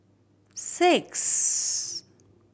six